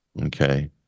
Okay